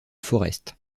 forest